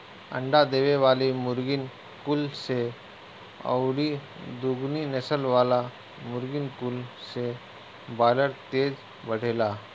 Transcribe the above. अंडा देवे वाली मुर्गीन कुल से अउरी दुनु नसल वाला मुर्गिन कुल से बायलर तेज बढ़ेला